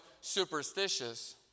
superstitious